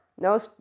No